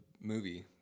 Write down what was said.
movie